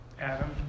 Adam